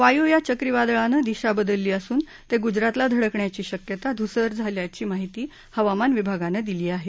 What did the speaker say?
वायू या चक्रीवादळानं दिशा बदलली असून ते गुजरातला धडकण्याची शक्यता धूसर झाल्याची माहिती हवामान विभागानं दिली आहे